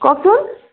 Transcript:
কওকচোন